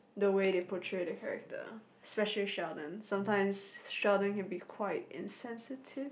the way they portray the character especially Sheldon sometimes Sheldon can be quite insensitive